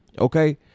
Okay